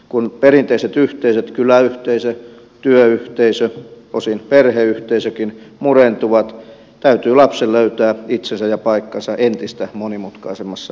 kun perinteiset yhteisöt kyläyhteisö työyhteisö osin perheyhteisökin murentuvat täytyy lapsen löytää itsensä ja paikkansa entistä monimutkaisemmassa maailmassa